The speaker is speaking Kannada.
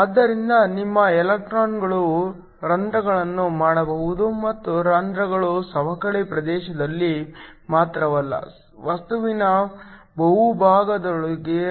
ಆದ್ದರಿಂದ ನಿಮ್ಮ ಎಲೆಕ್ಟ್ರಾನ್ ಗಳು ಹೋಲ್ ಗಳನ್ನು ಮಾಡಬಹುದು ಮತ್ತು ಹೋಲ್ ಗಳು ಸವಕಳಿ ಪ್ರದೇಶದಲ್ಲಿ ಮಾತ್ರವಲ್ಲ ವಸ್ತುವಿನ ಬಹುಭಾಗದೊಳಗೆ